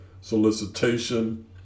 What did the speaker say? solicitation